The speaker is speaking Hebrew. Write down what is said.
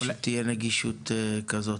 תהיה נגישות כזאת.